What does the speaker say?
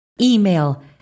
email